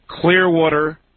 Clearwater